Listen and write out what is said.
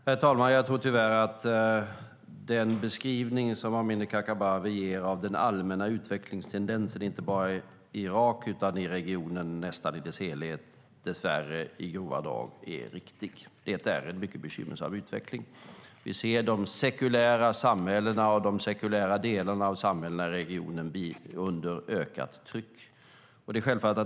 Herr talman! Jag tror att den beskrivning som Amineh Kakabaveh ger av den allmänna utvecklingstendensen inte bara i Irak utan i regionen i nästan dess helhet i grova drag dess värre är riktig. Det är en mycket bekymmersam utveckling. Vi ser att de sekulära samhällena och de sekulära delarna av samhällena i regionen hamnar under ökat tryck.